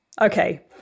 Okay